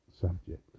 subject